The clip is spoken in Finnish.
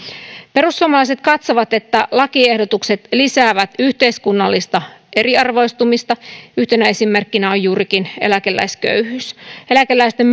perussuomalaiset katsovat että lakiehdotukset lisäävät yhteiskunnallista eriarvoistumista yhtenä esimerkkinä on juurikin eläkeläisköyhyys eläkeläisten